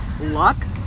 Luck